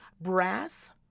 Brass